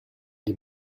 die